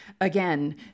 Again